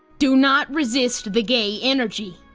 do not resist the gay energy.